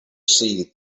see